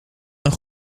een